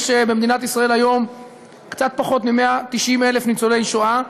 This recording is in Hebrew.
יש במדינת ישראל היום קצת פחות מ-190,000 ניצולי שואה,